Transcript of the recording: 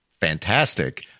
fantastic